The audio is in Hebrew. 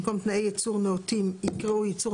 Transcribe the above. במקום "תנאי ייצור נאותים" יקראו "ייצור